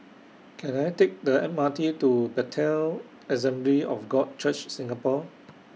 Can I Take The M R T to Bethel Assembly of God Church Singapore